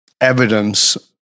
evidence